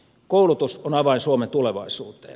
koulutus on avain suomen tulevaisuuteen